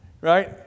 Right